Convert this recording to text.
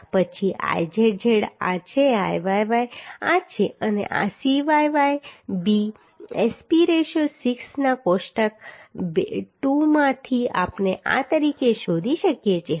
પછી Izz આ છે Iyy આ છે અને Cyy b SP 6 ના કોષ્ટક 2 માંથી આપણે આ તરીકે શોધી શકીએ છીએ